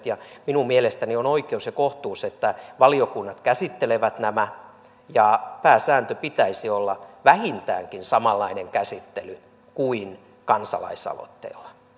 ja minun mielestäni on oikeus ja kohtuus että valiokunnat käsittelevät nämä pääsäännön pitäisi olla vähintäänkin samanlainen käsittely kuin kansalaisaloitteella